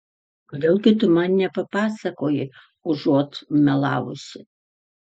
kodėl gi tu man nepapasakoji užuot melavusi